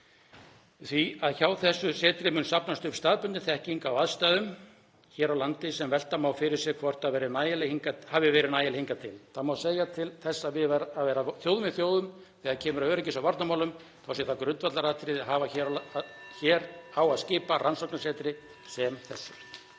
því að hjá þessu setri mun safnast upp staðbundin þekking á aðstæðum hér á landi sem velta má fyrir sér hvort hafi verið nægileg hingað til. Það má segja að til þess að vera þjóð með þjóðum þegar kemur að öryggis- og varnarmálum þá sé það grundvallaratriði að hafa (Forseti hringir.) hér á að skipa rannsóknarsetri sem þessu.